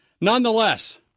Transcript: Nonetheless